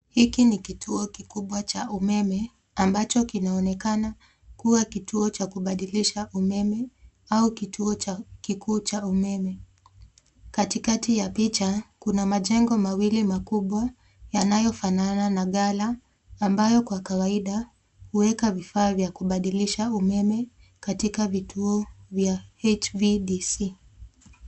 Hiki ni kituo kikubwa cha umeme, ambacho kinaonekana kuwa kituo cha kubadilisha umeme, au kituo kikuu cha umeme. Katikati ya picha, kuna majengo mawili makubwa yanayofanana na gala, ambayo kwa kawaida huweka vifaa vya kubadilisha umeme katika vituo vya HVDC .